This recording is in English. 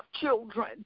children